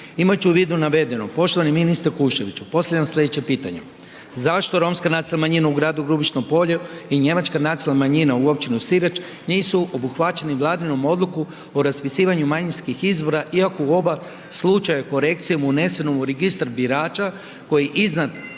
Imajući u vidu navedeno, poštovani ministre Kuščeviću postavljam sledeće pitanje, zašto romska nacionalna manjima u gradu Grubišno polje i njemačka nacionalna manjina u općini Sirač nisu obuhvaćeni vladinom odluku o raspisivanju manjinskih izbora iako u oba slučaja korekcijom unesenom u registar birača koji iznad